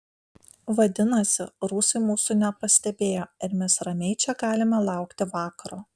vadinasi rusai mūsų nepastebėjo ir mes ramiai čia galime laukti vakaro